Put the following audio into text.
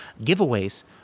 giveaways